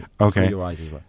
Okay